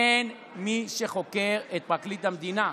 אין מי שחוקר את פרקליט המדינה.